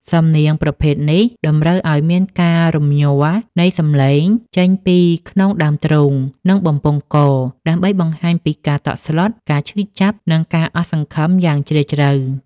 សំនៀងប្រភេទនេះតម្រូវឱ្យមានការរំញ័រនៃសំឡេងចេញពីក្នុងដើមទ្រូង និងបំពង់ក ដើម្បីបង្ហាញពីការតក់ស្លុត ការឈឺចាប់ និងការអស់សង្ឃឹមយ៉ាងជ្រាលជ្រៅ។